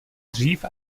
dřív